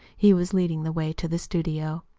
he was leading the way to the studio.